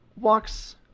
walks